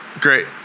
great